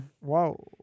Wow